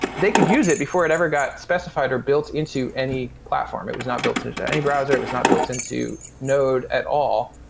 they could use it before it ever got specified, or built into any platform. it was not built in any browser. it was not built into node at all.